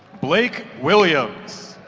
blake williams.